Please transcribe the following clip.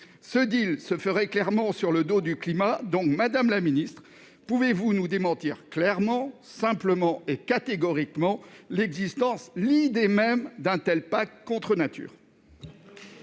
Ce deal se ferait clairement sur le dos du climat. En conséquence, madame la secrétaire d'État, pouvez-vous nous démentir clairement, simplement et catégoriquement l'existence, l'idée même, d'un tel pacte contre-nature ?